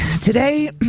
today